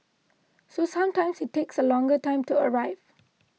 so sometimes it takes a longer time to arrive